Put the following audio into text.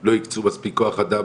לא הקצו מספיק כוח אדם